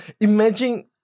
Imagine